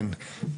כן,